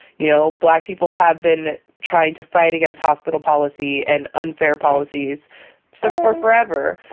you know black people have been trying to fight against hospital policy and unfair policies so for forever.